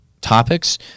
topics